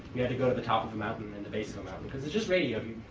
we had to go to the top of a mountain and the base of the mountain, because it's just radio.